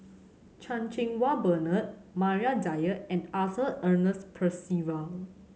Chan Cheng Wah Bernard Maria Dyer and Arthur Ernest Percival